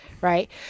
Right